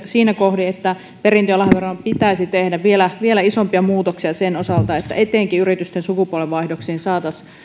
siinä kohdin että perintö ja lahjaveroon pitäisi tehdä vielä vielä isompia muutoksia sen osalta että etenkin yritysten sukupolvenvaihdoksiin saataisiin